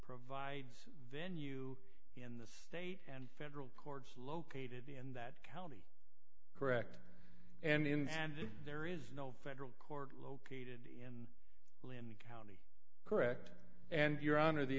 provides venue in the state and federal courts located in that county correct and in and there is no federal court located correct and your honor the